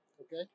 Okay